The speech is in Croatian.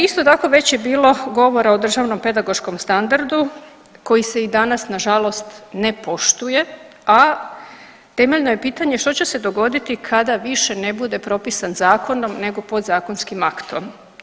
Isto tako već je bilo govora o državnom pedagoškom standardu koji se i danas nažalost ne poštuje, a temeljno je pitanje što će se dogoditi kada više ne bude propisan zakonom nego podzakonskim aktom.